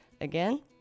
Again